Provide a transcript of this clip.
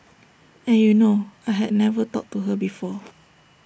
and you know I had never talked to her before